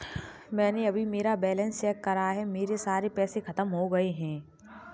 मैंने अभी मेरा बैलन्स चेक करा है, मेरे सारे पैसे खत्म हो गए हैं